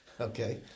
Okay